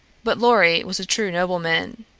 but lorry was a true nobleman.